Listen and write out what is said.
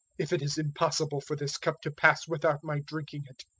if it is impossible for this cup to pass without my drinking it,